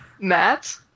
Matt